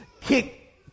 kick